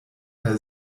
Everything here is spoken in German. der